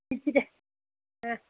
digital ஆ